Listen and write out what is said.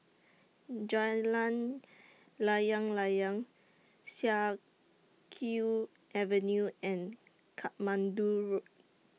Jalan Layang Layang Siak Kew Avenue and Katmandu Road